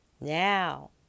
Now